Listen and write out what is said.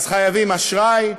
אז חייבים אשראי,